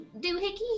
doohickey